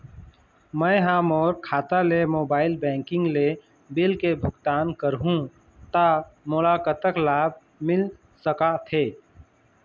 मैं हा मोर खाता ले मोबाइल बैंकिंग ले बिल के भुगतान करहूं ता मोला कतक लाभ मिल सका थे?